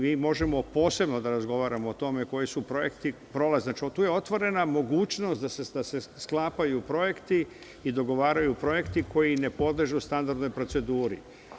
Mi možemo posebno da razgovaramo o tome koji su projekti, znači, otvorena je mogućnost da se sklapaju i dogovaraju projekti koji ne podležu standardnoj proceduri.